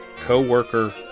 co-worker